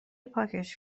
پاکش